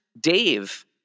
Dave